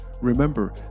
Remember